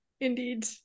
indeed